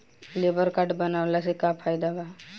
Labour card बनवाला से का फायदा बा?